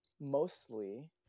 mostly